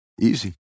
Easy